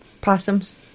Possums